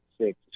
six